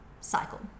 cycle